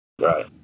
Right